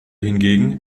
hingegen